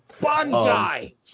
Bonsai